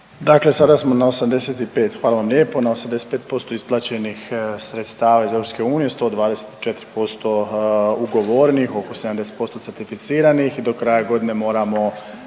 Dakle sada smo na 85, hvala vam lijepo, na 85% isplaćenih sredstava iz EU, 124% ugovorenih, oko 70% certificiranih i do kraja godine moramo dakle svi